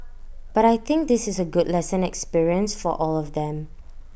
but I think this is A good lesson experience for all of them